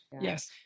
Yes